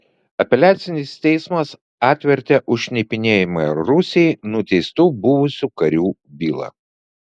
apeliacinis teismas atvertė už šnipinėjimą rusijai nuteistų buvusių karių bylą